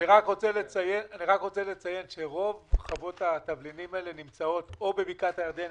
אני רק רוצה לציין שרוב חוות התבלינים האלה נמצאות או בבקעת הירדן,